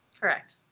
Correct